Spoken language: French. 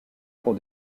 pour